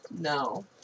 No